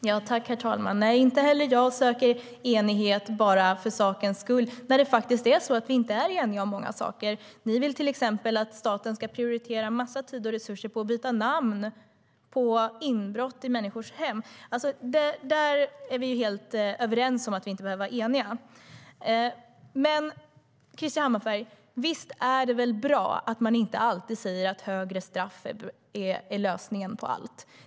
Herr ålderspresident! Inte heller jag söker enighet bara för sakens skull, när vi faktiskt inte är eniga om många saker. Ni vill till exempel att staten ska prioritera och lägga en massa tid och resurser på att byta namn på inbrott i människors hem. På den punkten är vi helt överens om att vi inte behöver vara eniga. Krister Hammarbergh! Visst är det väl bra att man inte alltid säger att högre straff är lösningen på allt.